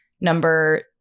number